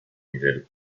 miguel